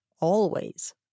always